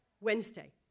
Wednesday